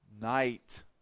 night